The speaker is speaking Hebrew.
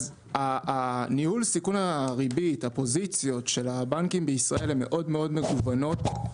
ניהול סיכון הריבית: הפוזיציות של הבנקים בישראל הן מאוד-מאוד מגוונות,